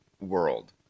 world